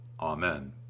Amen